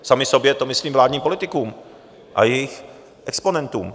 Sami sobě, to myslím vládním politikům a jejich exponentům.